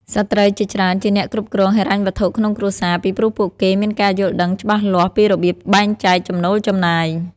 ស្ត្រីជាច្រើនជាអ្នកគ្រប់គ្រងហិរញ្ញវត្ថុក្នុងគ្រួសារ ពីព្រោះពួកគេមានការយល់ដឹងច្បាស់លាស់ពីរបៀបបែងចែកចំណូលចំណាយ។